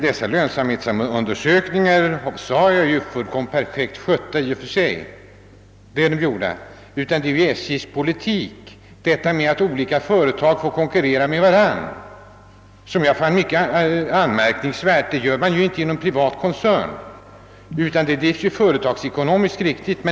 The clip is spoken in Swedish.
Dessa lönsamhetsundersökningar är ju som jag framhöll perfekt skötta i och för sig, men det är SJ:s politik att låta olika företag konkurrera med varandra som jag finner mycket anmärkningsvärd. Så gör man ju inte i en privat koncern utan där sker driften företagsekonomiskt riktigt.